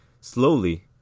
slowly